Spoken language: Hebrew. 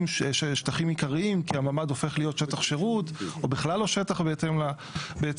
שטחים עיקריים כי הממד הופך להיות שטח שירות או בכלל לא שטח בהתאם לסעיף,